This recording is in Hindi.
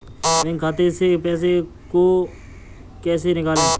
बैंक खाते से पैसे को कैसे निकालें?